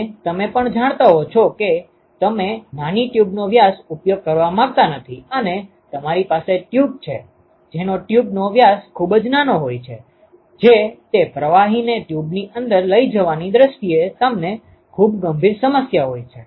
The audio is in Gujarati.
અને તમે પણ જાણતા હોવ છો કે તમે નાની ટ્યુબનો વ્યાસ ઉપયોગ કરવા માંગતા નથી અને તમારી પાસે ટ્યુબ છે જેનો ટ્યુબનો વ્યાસ ખૂબ જ નાનો હોય છે જે તે પ્રવાહીને ટ્યુબની અંદર લઈ જવાની દ્રષ્ટિએ તમને ખૂબ ગંભીર સમસ્યા હોય છે